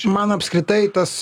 man apskritai tas